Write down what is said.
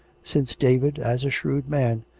since david, as a shrewd man,